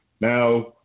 Now